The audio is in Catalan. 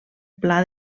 pla